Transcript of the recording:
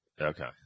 Okay